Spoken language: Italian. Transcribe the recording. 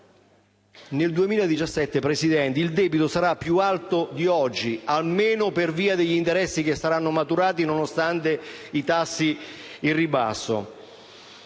nel 2017, Presidente, il debito sarà più alto di oggi, se non altro per via degli interessi che saranno maturati, nonostante i tassi in ribasso.